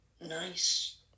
Nice